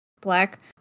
Black